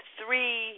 three